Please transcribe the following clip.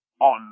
on